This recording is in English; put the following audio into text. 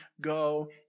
go